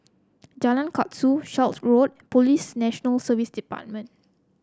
Jalan Kasau Shelford Road Police National Service Department